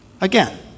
Again